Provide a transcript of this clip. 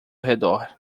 redor